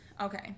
Okay